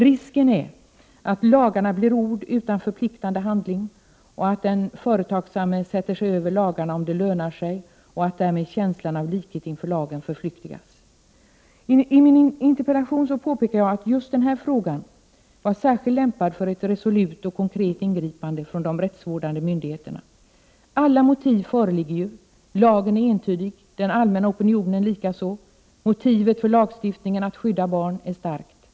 Risken är att lagarna blir ord utan att vara förpliktigande. Om det lönar sig för den företagsamme sätter han sig över lagarna, och därmed förflyktigas känslan av likhet inför lagen. I min interpellation påpekar jag att denna fråga är särskilt lämpad för ett resolut och konkret ingripande från de rättsvårdande myndigheterna. Alla motiv föreligger, lagen är entydig och den allmänna opinionen likaså. Motivet för en lagstiftning som skall skydda barn är starkt. Problemets Prot.